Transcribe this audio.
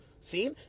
See